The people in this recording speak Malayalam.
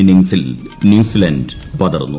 ഇന്നിംഗ്സിൽ ന്യൂസിലാന്റ് പതറുന്നു